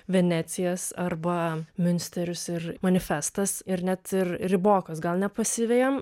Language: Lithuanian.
venecijas arba miunsterius ir manifestas ir net ir ribokos gal nepasivejam